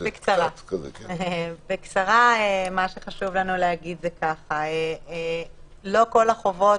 בקצרה, מה שחשוב לנו להגיד זה ככה: לא כל החובות